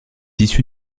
issue